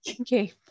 Okay